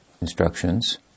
instructions